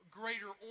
greater